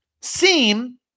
seem